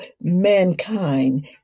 mankind